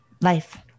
life